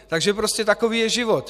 Takže prostě takový je život.